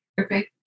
Okay